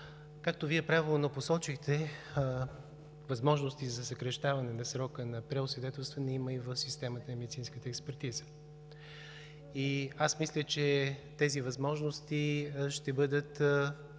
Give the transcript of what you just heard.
както Вие правилно посочихте, възможности за съкращаване на срока на преосвидетелстване има и в системата на медицинската експертиза. Мисля, че тяхната реализация ще бъде